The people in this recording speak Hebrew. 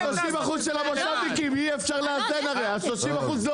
אבל החוק מגן על החלשים.